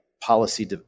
policy